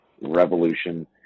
revolution